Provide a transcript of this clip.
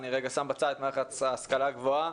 אני רגע שם בצד את מערכת ההשכלה הגבוהה.